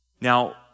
now